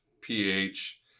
pH